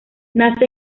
nace